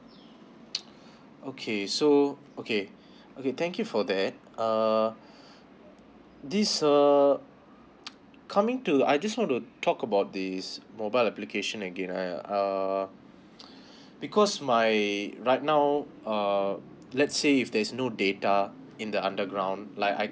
okay so okay okay thank you for that uh this err coming to I just want to talk about this mobile application again I uh because my right now uh let's say if there's no data in the underground like I